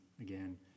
again